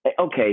Okay